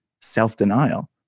self-denial